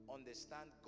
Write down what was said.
Understand